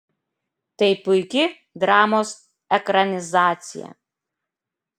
tai puiki dramos ekranizacija